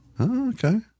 okay